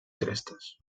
crestes